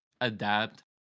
adapt